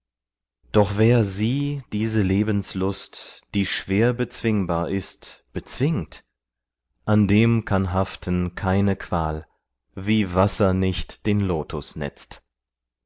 doch wer sie diese lebenslust die schwer bezwingbar ist bezwingt an dem kann haften keine qual wie wasser nicht den lotus netzt